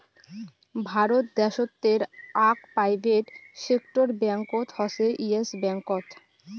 ভারত দ্যাশোতের আক private sector ব্যাঙ্কত হসে ইয়েস ব্যাঙ্কত